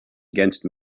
against